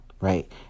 right